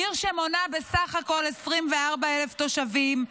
עיר שמונה בסך הכול 24,000 תושבים,